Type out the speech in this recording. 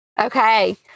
Okay